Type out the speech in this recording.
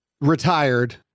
retired